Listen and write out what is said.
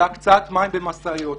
להקצאת מים במשאיות.